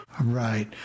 Right